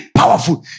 powerful